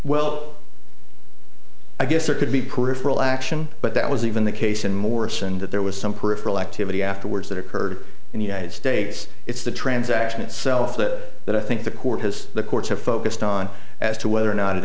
well i guess there could be peripheral action but that was even the case in morse and that there was some peripheral activity afterwards that occurred in the united states it's the transaction itself that that i think the court has the courts have focused on as to whether or not it